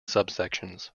subsections